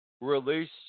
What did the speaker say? release